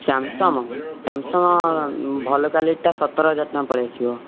Samsung ଭଲ କ୍ଵାଲିଟିଟା ସତରହଜାର ଟଙ୍କା ପଳାଇ ଆସିବ